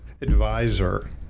advisor